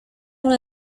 una